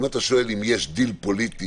אם אתה שואל אם יש דיל פוליטי,